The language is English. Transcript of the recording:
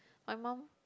my mum